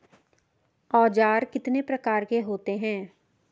औज़ार कितने प्रकार के होते हैं?